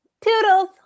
Toodles